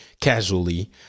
casually